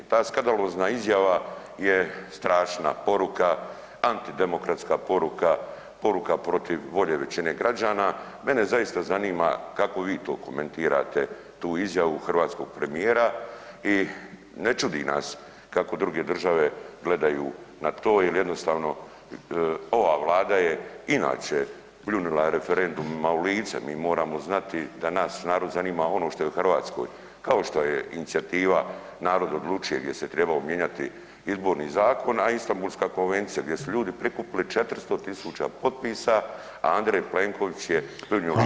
Ta skandalozna izjava je strašna poruka, antidemokratska poruka, poruka protiv volje većine građana, mene zaista zanima kako vi to komentirate, tu izjavu hrvatskog premijera i ne čudi nas kako druge države gledaju na to jer jednostavno ova Vlada je inače pljunula referendumima u lice, mi moramo znati da naš narod zanima ono što je u Hrvatskoj, kao što je inicijativa Narod odlučuje, gdje se trebao mijenjati Izborni zakon, a Istambulska konvencija gdje su ljudi prikupili 400 tisuća potpisa, a Andrej Plenković je pljunuo u lice